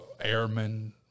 airmen